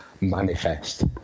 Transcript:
manifest